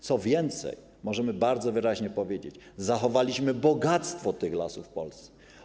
Co więcej, możemy bardzo wyraźnie powiedzieć, że zachowaliśmy bogactwo lasów w Polsce.